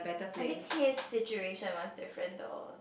I think his situation was different though